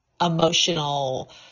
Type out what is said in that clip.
emotional